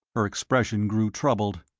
her expression grew troubled.